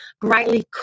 brightly